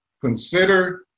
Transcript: consider